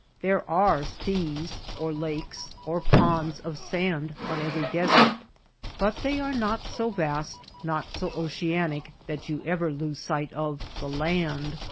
there are seas or lakes or ponds of sand on every desert but they are not so vast, not so oceanic, that you ever lose sight of the land.